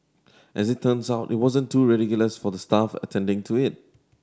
as it turns out it wasn't too ridiculous for the staff attending to it